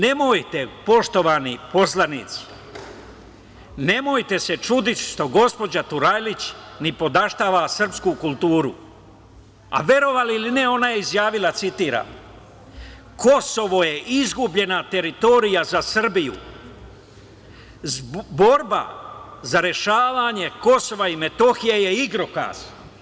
Nemojte poštovani poslanici, nemojte se čuditi što gospođa Turajlić nipodaštava srpsku kulturu, a verovali ili ne, ona je izjavila, citiram: „Kosovo je izgubljena teritorija za Srbiju, borba za rešavanje Kosova i Metohije je igrokaz“